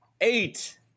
eight